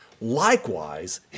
Likewise